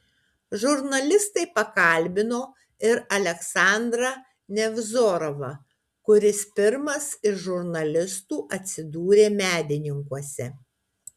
žurnalistai pakalbino ir aleksandrą nevzorovą kuris pirmas iš žurnalistų atsidūrė medininkuose